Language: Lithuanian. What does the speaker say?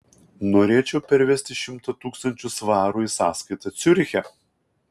norėčiau pervesti šimtą tūkstančių svarų į sąskaitą ciuriche